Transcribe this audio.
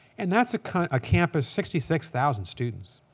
and that's a kind of campus, sixty six thousand students,